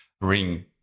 bring